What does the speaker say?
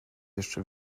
jeszcze